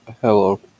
Hello